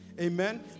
Amen